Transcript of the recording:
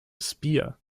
spear